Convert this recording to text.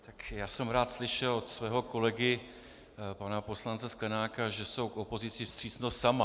Tak já jsem rád slyšel od svého kolegy pana poslance Sklenáka, že jsou k opozici vstřícnost sama.